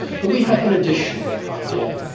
but we had an additional idea,